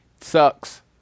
sucks